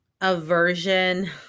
aversion